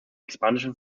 expansion